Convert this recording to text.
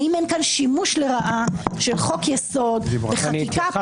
האם אין כאן שימוש לרעה של חוק-יסוד לחקיקה